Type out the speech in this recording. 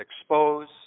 expose